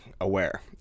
aware